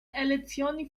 elezioni